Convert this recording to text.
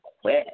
quit